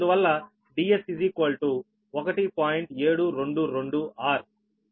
722 r